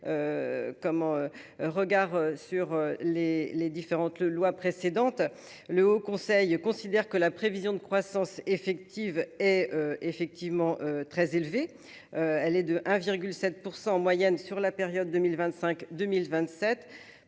Comment. Regards sur les, les différentes lois précédentes, le Haut Conseil considère que la prévision de croissance effective est effectivement très élevé. Elle est de 1,7% en moyenne sur la période 2025 2027.